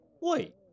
Wait